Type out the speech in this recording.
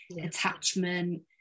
attachment